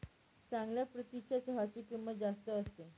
चांगल्या प्रतीच्या चहाची किंमत जास्त असते